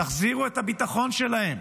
תחזירו את הביטחון שלהם.